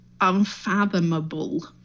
unfathomable